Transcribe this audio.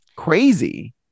Crazy